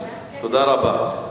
תודה רבה.